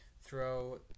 throw